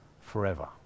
forever